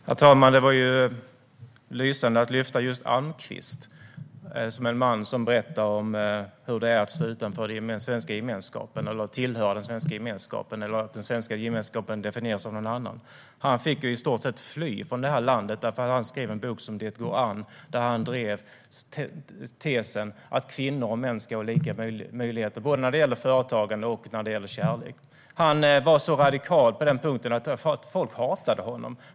Herr talman! Det var lysande att lyfta fram just Almqvist, som var en man som berättade hur det är att stå utanför den svenska gemenskapen, att inte tillhöra den eller att den svenska gemenskapen definieras av någon annan. Han fick i stort sett fly från det här landet därför att han skrev en bok som Det går an , där han drev tesen att kvinnor och män ska ha lika möjligheter både när det gäller företagande och när det gäller kärlek. Han var så radikal på den punkten att folk hatade honom.